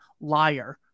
Liar –